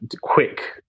quick